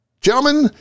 gentlemen